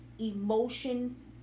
emotions